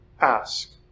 ask